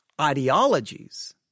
ideologies